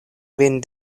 vin